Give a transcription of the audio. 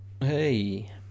hey